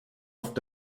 oft